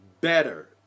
better